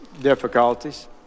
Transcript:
difficulties